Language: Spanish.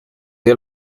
dio